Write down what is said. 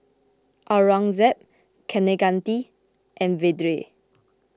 Aurangzeb Kaneganti and Vedre